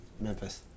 Memphis